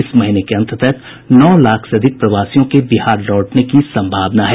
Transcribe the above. इस महीने के अंत तक नौ लाख से अधिक प्रवासियों के बिहार लौटने की संभावना है